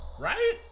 right